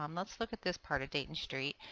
um let's look at this part of dayton street.